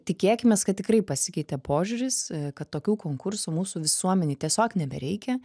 tikėkimės kad tikrai pasikeitė požiūris kad tokių konkursų mūsų visuomenei tiesiog nebereikia